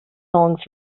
songs